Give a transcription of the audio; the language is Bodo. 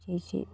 जे जे